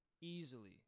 Easily